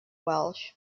welsh